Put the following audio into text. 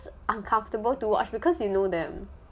uncomfortable to watch because you know them